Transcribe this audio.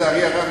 לצערי הרב,